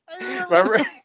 Remember